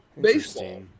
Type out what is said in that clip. baseball